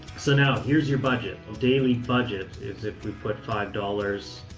so now here's your budget. daily budget is if we put five dollars,